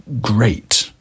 great